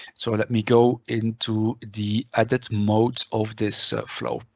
so let me go into the edit mode of this flow.